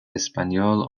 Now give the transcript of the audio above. espagnols